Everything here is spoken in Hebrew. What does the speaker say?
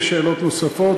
יש שאלות נוספות,